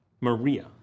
Maria